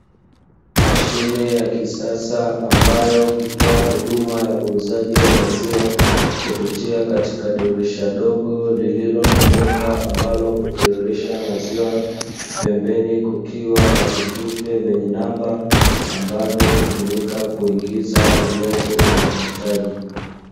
Mashine ya kisasa ambayo hutoa huduma ya uuzaji wa maziwa, kupitia katika dirisha dogo lililo na bomba ambalo hutiririsha maziwa, pembeni kukiwa na vitufe vyenye namba; ambavyo hutumika kuingiza ujazo unaohitaji.